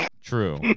True